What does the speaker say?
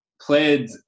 Played